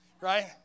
right